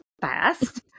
fast